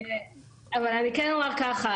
בבקשה.